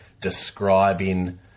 describing